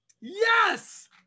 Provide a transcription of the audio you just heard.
Yes